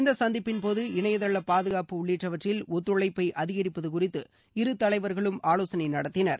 இந்த சந்திப்பின்போது இணைய தள பாதுகாப்பு உள்ளிட்டவற்றில் ஒத்துழைப்பை அதிகரிப்பது குறித்து இருதலைவர்களும் ஆலோசனை நடத்தினர்